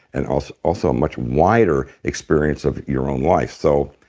and also also a much wider experience of your own life. so